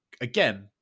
again